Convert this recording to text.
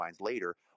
later